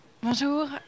Bonjour